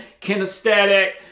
kinesthetic